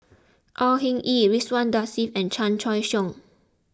Au Hing Yee Ridzwan Dzafir and Chan Choy Siong